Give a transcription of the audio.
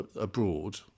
abroad